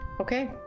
Okay